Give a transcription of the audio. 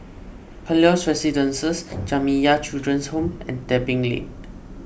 Helios Residences Jamiyah Children's Home and Tebing Lane